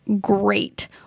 great